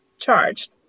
charged